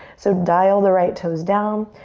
so dial the right toes down.